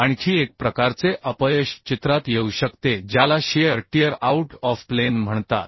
आणखी एक प्रकारचे अपयश चित्रात येऊ शकते ज्याला shear tear out of plane म्हणतात